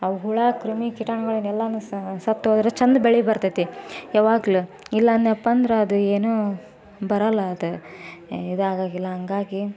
ಅವು ಹುಳು ಕ್ರಿಮಿ ಕೀಟಾಣುಗಳನ್ನೆಲ್ಲವೂ ಸಹ ಸತ್ತೋದರೆ ಚೆಂದ ಬೆಳೆ ಬರ್ತೈತಿ ಯಾವಾಗಲೂ ಇಲ್ಲ ಅನ್ನಿ ಅಪ್ಪ ಅಂದ್ರೆ ಅದು ಏನೂ ಬರೋಲ್ಲ ಅದ ಏ ಇದಾಗಲಿಲ್ಲ ಹಾಗಾಗಿ